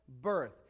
birth